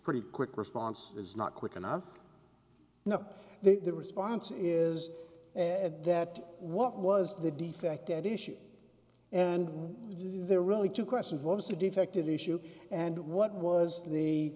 pretty quick response is not quick enough no the response is that what was the defect at issue and is there really two questions what was the defective issue and what was the